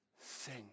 sing